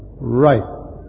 right